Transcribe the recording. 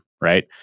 right